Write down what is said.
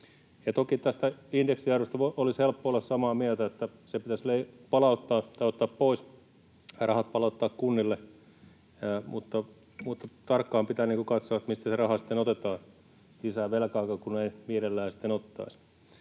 Toki tästä indeksiarvosta olisi helppo olla samaa mieltä, että se pitäisi palauttaa tai ottaa pois ja rahat palauttaa kunnille, mutta tarkkaan pitää katsoa, mistä se raha sitten otetaan, lisää velkaakaan kun ei mielellään sitten